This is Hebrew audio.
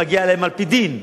מגיע להם על-פי דין,